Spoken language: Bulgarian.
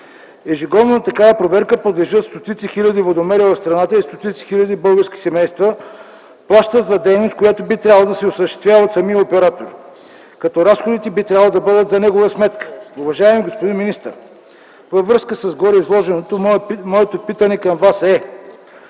Ежегодно на такава проверка подлежат стотици хиляди водомери в страната и стотици хиляди български семейства плащат за дейност, която би трябвало да се осъществява от самия оператор, като разходите би трябвало да бъдат за негова сметка. Уважаеми господин министър, във връзка с гореизложеното, моето питане към Вас е